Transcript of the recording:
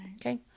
Okay